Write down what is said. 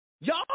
Y'all